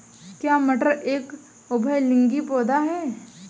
क्या मटर एक उभयलिंगी पौधा है?